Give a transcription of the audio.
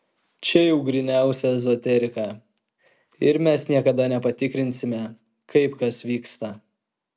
čia jau gryniausia ezoterika ir mes niekada nepatikrinsime kaip kas vyksta